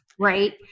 Right